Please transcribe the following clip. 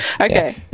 Okay